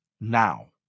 now